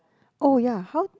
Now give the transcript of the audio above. oh ya how